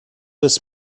this